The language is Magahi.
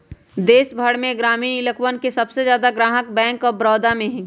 देश भर में ग्रामीण इलकवन के सबसे ज्यादा ग्राहक बैंक आफ बडौदा में हई